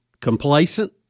complacent